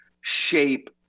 shape